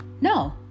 no